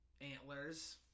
antlers